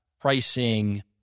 pricing